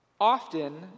Often